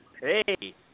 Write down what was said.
Hey